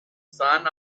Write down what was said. soon